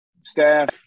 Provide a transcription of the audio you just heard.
Staff